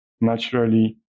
naturally